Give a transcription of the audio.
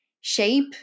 shape